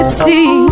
see